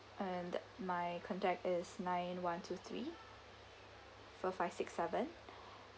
and my contact is nine one two three four five six seven